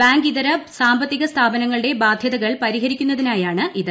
ബാങ്കിതര സാമ്പത്തിക് സ്ഥാപനങ്ങളുടെ ബാധ്യതകൾ പരിഹരിക്കുന്നതിനായാണ്ിത്